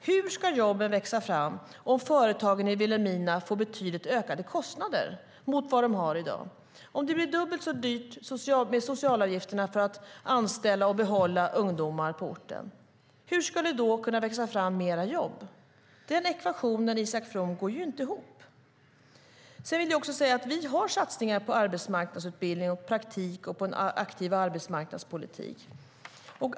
Hur ska jobben växa fram om företagen i Vilhelmina får betydligt ökade kostnader mot vad de har i dag? Hur ska det kunna växa fram fler jobb om socialavgifterna blir dubbelt så höga för att anställa och behålla ungdomar på orten? Den ekvationen går inte ihop, Isak From. Sedan vill jag också säga att vi har satsningar på arbetsmarknadsutbildning och praktik och en aktiv arbetsmarknadspolitik.